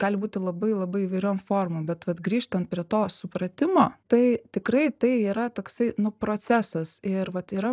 gali būti labai labai įvairiom formom bet vat grįžtant prie to supratimo tai tikrai tai yra toksai nu procesas ir vat yra